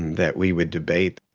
that we would debate.